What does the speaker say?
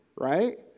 right